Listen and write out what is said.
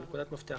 זו נקודת מפתח.